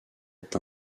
est